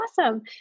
awesome